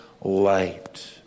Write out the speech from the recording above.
light